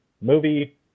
movie